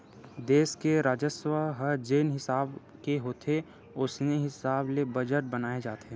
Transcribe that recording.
देस के राजस्व ह जेन हिसाब के होथे ओसने हिसाब ले बजट बनाए जाथे